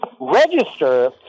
register